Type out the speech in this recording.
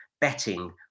betting